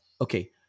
okay